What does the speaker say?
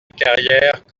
carrière